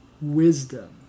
wisdom